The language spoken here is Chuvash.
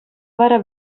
вара